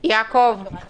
הכוונה